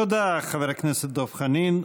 תודה, חבר הכנסת דב חנין.